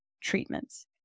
treatments